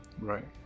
right